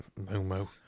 Momo